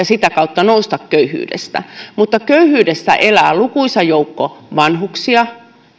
sitä kautta nousta köyhyydestä mutta köyhyydessä elää lukuisa joukko vanhuksia